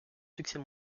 succès